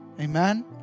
Amen